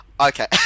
Okay